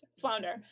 flounder